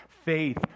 Faith